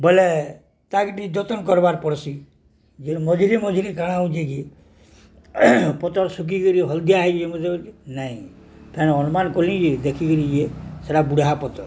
ବୋଇଲେ ତାକେ ଟିକେ ଯତ୍ନ କର୍ବାର୍ ପଡ଼ସି ଯେ ମଝିରେ ମଝିରେ କାଣା ହେଉଛେ କି ପତର୍ ଶୁଖିକରି ହଳଦିଆ ହେଇଯଏ ମଝିରେ ନାଇଁ ଫେନ୍ ଅନୁମାନ କରିକି ଦେଖିକିରି ଯିଏ ସେଟା ବୁଢ଼ା ପତର୍